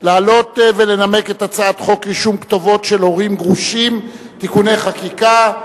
לעלות ולנמק את הצעת חוק רישום כתובת של הורים גרושים (תיקוני חקיקה).